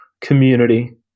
community